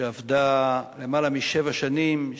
שעבדה למעלה משבע שנים,